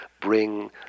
bring